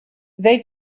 they